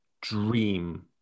dream